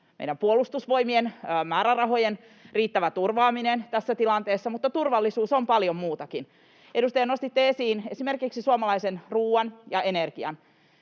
nyt Puolustusvoimien määrärahojen riittävä turvaaminen tässä tilanteessa, mutta turvallisuus on paljon muutakin. Edustaja, nostitte esiin esimerkiksi suomalaisen ruoan ja energian.